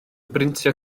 brintio